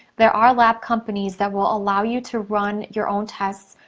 there are lab companies that will allow you to run your own tests.